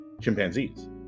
chimpanzees